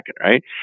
right